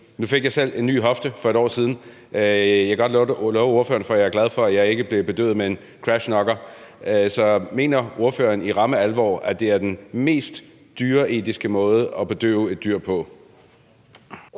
Nu fik jeg selv en ny hofte for et år siden, og jeg kan godt love ordføreren for, at jeg er glad for, at jeg ikke blev bedøvet med en crash knocker. Så mener ordføreren i ramme alvor, at det er den mest dyreetiske måde at bedøve et dyr på?